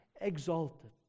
exalted